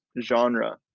genre